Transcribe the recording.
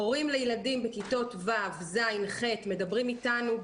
הורים לילדים בכיתות ו'-ח' מדברים איתנו.